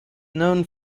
known